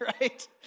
right